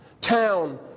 town